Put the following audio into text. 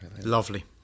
Lovely